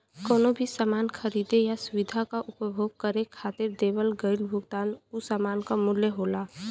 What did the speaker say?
कउनो भी सामान खरीदे या सुविधा क उपभोग करे खातिर देवल गइल भुगतान उ सामान क मूल्य होला